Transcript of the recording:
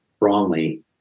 wrongly